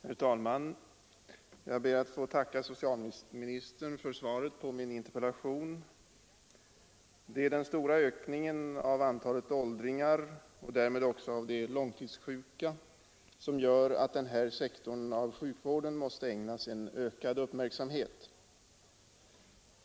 Herr talman! Jag ber att få tacka socialministern för svaret på min interpellation. Det är den stora ökningen av antalet åldringar och därmed också av de långtidssjuka som gör att den här sektorn av sjukvården måste ägnas en ökad uppmärksamhet.